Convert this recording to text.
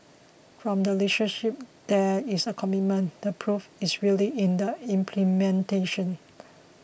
from the leadership there is a commitment the proof is really in the implementation